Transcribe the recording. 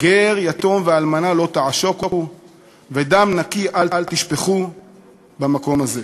"גר יתום ואלמנה לא תעשקו ודם נקי אל תשפכו במקום הזה".